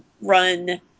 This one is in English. run